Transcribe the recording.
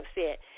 upset